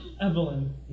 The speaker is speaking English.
Evelyn